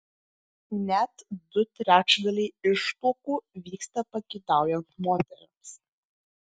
net du trečdaliai ištuokų vyksta pageidaujant moterims